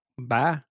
Bye